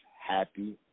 happy